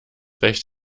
recht